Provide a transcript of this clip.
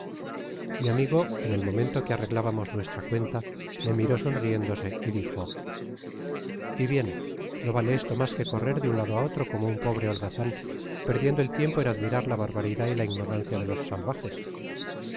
mi amigo en el momento que arreglábamos nuestra cuenta me miró sonriéndose y dijo y bien no vale esto mas que correr de un lado á otro como un pobre holgazan perdiendo el tiempo en admirar la barbaridad y la ignorancia de los salvajes